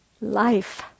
life